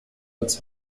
als